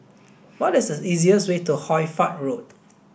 what is the easiest way to Hoy Fatt Road